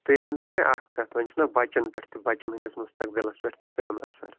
تُہۍ ؤنۍتو مےٚ اَکھ کَتھ وۄنۍ چھِنہٕ بَچَن پٮ۪ٹھ تہِ بَچَن ہٕنٛدِس مُستقبِلَس پٮ۪ٹھ تہِ پٮ۪وان اثر